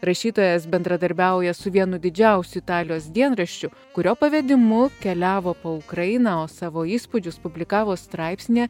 rašytojas bendradarbiauja su vienu didžiausių italijos dienraščių kurio pavedimu keliavo po ukrainą o savo įspūdžius publikavo straipsnyje